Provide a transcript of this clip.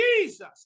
Jesus